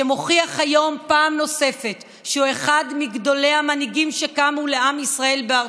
שמוכיח היום פעם נוספת שהוא אחד מגדולי המנהיגים שקמו לעם ישראל בארצו.